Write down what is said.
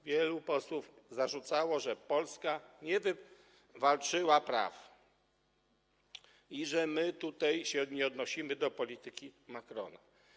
Wielu posłów zarzucało, że Polska nie wywalczyła praw, że my się nie odnosimy do polityki Macrona.